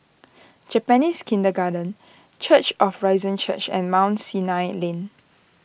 Japanese Kindergarten Church of Risen church and Mount Sinai Lane